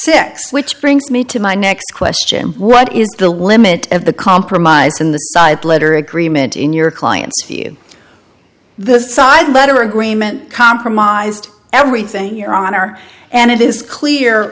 six which brings me to my next question what is the limit of the compromise in the side letter agreement in your client's view the side letter agreement compromised everything your honor and it is clear